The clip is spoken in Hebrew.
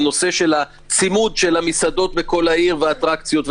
בנושא של הצימוד של המסעדות והאטרקציות,